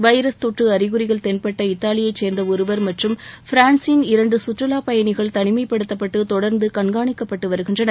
virus தொற்று அறிகுறிகள் தென்பட்ட இத்தாலியை சேர்ந்த ஒருவர் மற்றும் பிரான்சின் இரண்டு சுற்றுலாப் பயணிகள் தனிமைப்படுத்தப்பட்டு தொடர்ந்து கண்காணிக்கப்பட்டு வருகின்றனர்